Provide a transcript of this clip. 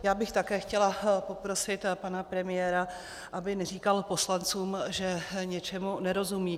Já bych také chtěla poprosit pana premiéra, aby neříkal poslancům, že něčemu nerozumějí.